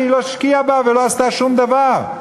שהיא לא השקיעה בה ולא עשתה שום דבר?